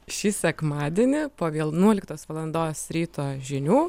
šį sekmadienį po vienuoliktos valandos ryto žinių